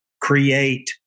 create